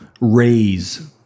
raise